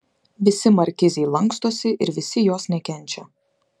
visi markizei lankstosi ir visi jos nekenčia